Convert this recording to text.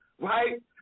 right